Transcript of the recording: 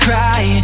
Cry